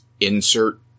insert